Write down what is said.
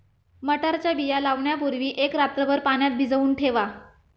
मटारच्या बिया लावण्यापूर्वी एक रात्रभर पाण्यात भिजवून ठेवा